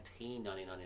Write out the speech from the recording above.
1999